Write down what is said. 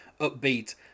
upbeat